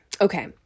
Okay